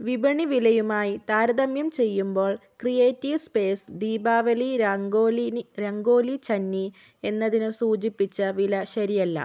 വിപണി വിലയുമായി താരതമ്യം ചെയ്യുമ്പോൾ ക്രിയേറ്റീവ് സ്പേയ്സ് ദീപാവലി രംഗോലി നി രംഗോലി ചന്നി എന്നതിന് സൂചിപ്പിച്ച വില ശരിയല്ല